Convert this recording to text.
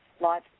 life